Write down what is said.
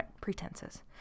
pretenses